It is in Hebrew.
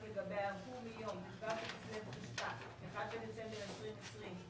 לגביה הוא מיום ט"ו בכסלו התשפ"א (1 בדצמבר 2020),